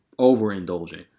overindulging